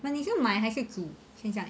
but 你就买还是煮现在